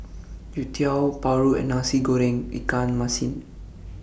Youtiao Paru and Nasi Goreng Ikan Masin